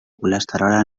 colesterol